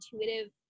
intuitive